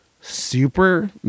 super